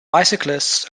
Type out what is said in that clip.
bicyclists